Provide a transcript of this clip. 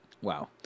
Wow